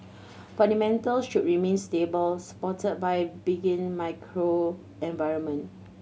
fundamentals should remain stable supported by benign macro environment